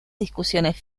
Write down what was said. discusiones